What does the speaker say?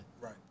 Right